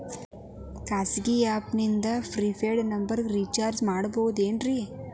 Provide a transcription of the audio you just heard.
ಖಾಸಗಿ ಆ್ಯಪ್ ನಿಂದ prepaid ನಂಬರಿಗ ರೇಚಾರ್ಜ್ ಮಾಡಬಹುದೇನ್ರಿ?